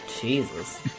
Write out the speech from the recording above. Jesus